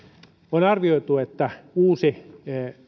on arvioitu että uusi